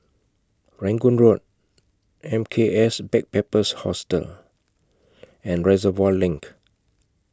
Rangoon Road M K S Backpackers Hostel and Reservoir LINK